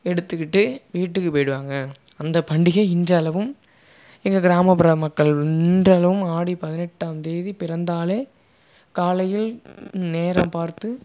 எடுத்துக்கிட்டு வீட்டுக்கு போயிடுவாங்க அந்த பண்டிகை இன்றளவும் எங்க கிராமப்புற மக்கள் இன்றளவும் ஆடி பதினெட்டாம் தேதி பிறந்தாலே காலையில் நேரம் பார்த்து